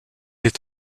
est